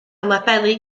labelu